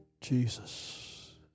Jesus